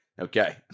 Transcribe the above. okay